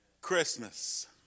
Christmas